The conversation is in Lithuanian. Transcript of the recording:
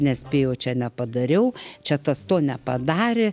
nespėjau čia nepadariau čia tas to nepadarė